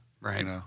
Right